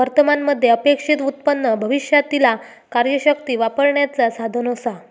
वर्तमान मध्ये अपेक्षित उत्पन्न भविष्यातीला कार्यशक्ती वापरण्याचा साधन असा